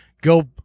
go